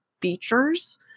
features